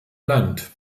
land